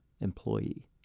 employee